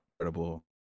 incredible